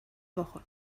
woche